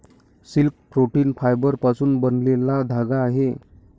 silk protein फायबरपासून बनलेला धागा आहे